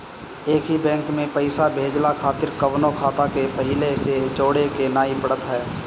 एकही बैंक में पईसा भेजला खातिर कवनो खाता के पहिले से जोड़े के नाइ पड़त हअ